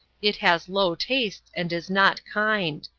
it has low tastes, and is not kind.